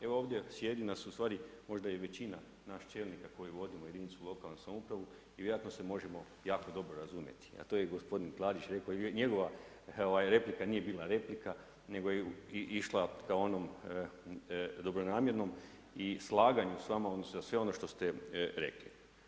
Evo ovdje sjedi nas u stvari možda i većina nas čelnika koji vodimo jedinicu lokalne samouprave i vjerojatno se možemo jako dobro razumjeti, a to je i gospodin Klarić rekao i njegova replika nije bila replika, nego je išla ka onom dobronamjernom i slaganju sa vama, odnosno za sve ono što ste rekli.